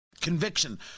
conviction